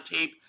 tape